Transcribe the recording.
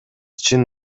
чын